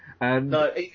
No